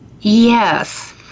Yes